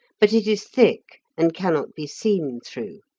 but it is thick and cannot be seen through.